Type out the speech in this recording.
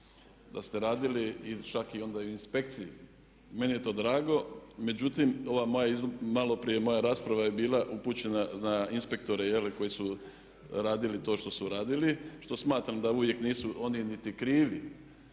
da ste radili čak onda i u inspekciji. Meni je to drago, međutim ova moja, malo prije moja rasprava je bila upućena na inspektore koji su radili to što su radili, što smatram da uvijek nisu oni niti krivi.